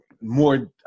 more